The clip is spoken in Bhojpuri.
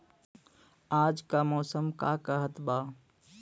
आज क मौसम का कहत बा?